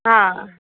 हा